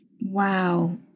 Wow